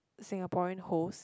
Singaporean host